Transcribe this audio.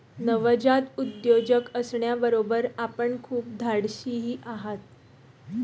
नवजात उद्योजक असण्याबरोबर आपण खूप धाडशीही आहात